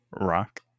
Rock